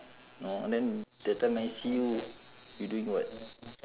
no then that time I see you you doing what